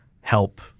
help